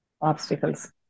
obstacles